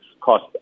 cost